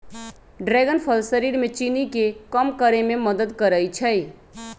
dragon फल शरीर में चीनी के कम करे में मदद करई छई